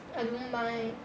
I don't mind